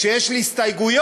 כשיש לי הסתייגויות,